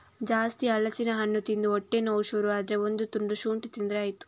ಜಾಸ್ತಿ ಹಲಸಿನ ಹಣ್ಣು ತಿಂದು ಹೊಟ್ಟೆ ನೋವು ಶುರು ಆದ್ರೆ ಒಂದು ತುಂಡು ಶುಂಠಿ ತಿಂದ್ರೆ ಆಯ್ತು